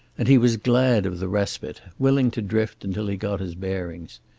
and he was glad of the respite, willing to drift until he got his bearings.